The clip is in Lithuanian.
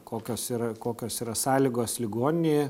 kokios yra kokios yra sąlygos ligoninėje